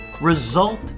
result